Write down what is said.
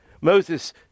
Moses